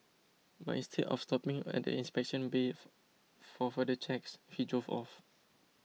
but instead of stopping at the inspection bay for further checks he drove off